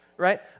right